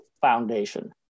foundation